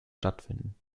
stattfinden